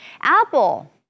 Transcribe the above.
Apple